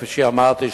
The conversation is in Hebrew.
וכפי שאמרתי,